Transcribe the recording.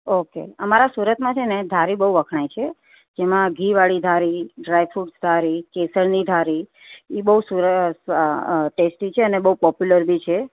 okay અમારા સુરતમાં છે ને ઘારી બહુ વખણાય છે જેમાં ઘીવાળી ઘારી ડ્રાયફ્રુટ ઘારી કેસરની ઘારી એ બહુ ટેસ્ટી છે ને બહુ પોપ્યુલર બી છે